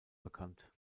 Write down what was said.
bekannt